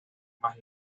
más